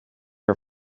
her